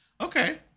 Okay